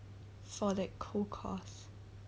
for that whole course